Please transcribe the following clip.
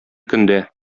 көндә